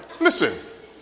Listen